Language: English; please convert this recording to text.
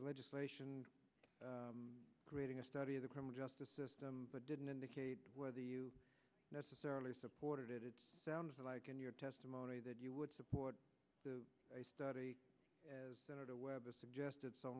legislation creating a study of the criminal justice system but didn't indicate whether you necessarily supported it it sounds like in your testimony that you would support the study as suggested so